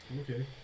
okay